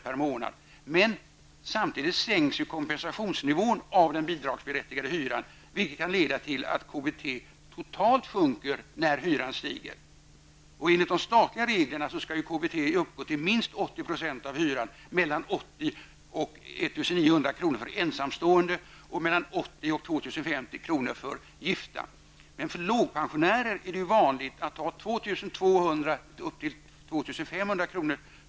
per månad, men samtidigt sänks kompensationsnivån av den bidragsberättigade hyran. Detta kan leda till att KBT totalt sjunker när hyran stiger. Enligt de statliga reglerna skall KBT uppgå till minst 80 % av hyran, mellan 80 och 1 900 kr. för ensamstående och mellan 80 och 2 050 kr. för gifta pensionärer. För lågpensionärer är det vanligt att ha 2 200 kr. upp till 2 500 kr.